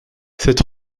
cette